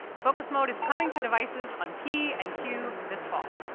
focus mode is coming to devices on p and q this fall.